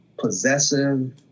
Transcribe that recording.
possessive